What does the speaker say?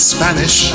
Spanish